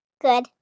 Good